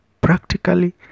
practically